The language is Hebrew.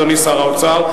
אדוני שר האוצר,